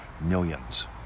millions